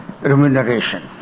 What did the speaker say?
remuneration